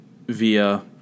via